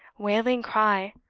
wailing cry.